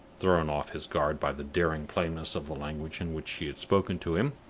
thrown off his guard by the daring plainness of the language in which she had spoken to him.